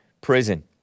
prison